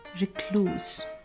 recluse